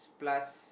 plus